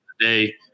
today